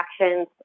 actions